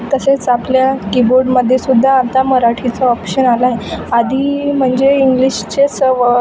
तसेच आपल्या किबोर्डमध्ये सुद्धा आता मराठीचा ऑप्शन आला आहे आधी म्हणजे इंग्लिशचे सर्व